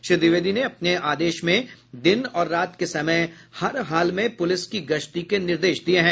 श्री द्विवेदी ने अपने आदेश में दिन और रात के समय हरहाल में पुलिस की गश्ती के निर्देश दिये हैं